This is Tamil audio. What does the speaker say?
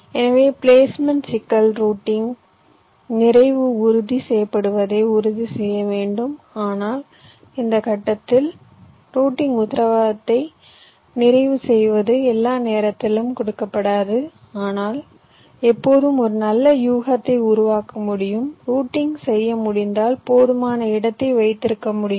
எனவே பிளேஸ்மென்ட் சிக்கல் ரூட்டிங் நிறைவு உறுதி செய்யப்படுவதை உறுதி செய்ய வேண்டும் ஆனால் இந்த கட்டத்தில் ரூட்டிங் உத்தரவாதத்தை நிறைவு செய்வது எல்லா நேரத்திலும் கொடுக்கப்படாது ஆனால் எப்போதும் ஒரு நல்ல யூகத்தை உருவாக்க முடியும் ரூட்டிங் செய்ய முடிந்தால் போதுமான இடத்தை வைத்திருக்க முடியும்